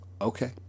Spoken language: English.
Okay